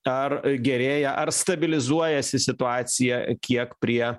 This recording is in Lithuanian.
ar gerėja ar stabilizuojasi situacija kiek prie